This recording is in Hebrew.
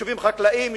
יישובים חקלאיים,